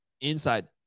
inside